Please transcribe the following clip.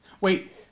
Wait